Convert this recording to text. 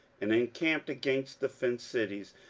and encamped against the fenced cities,